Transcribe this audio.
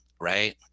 right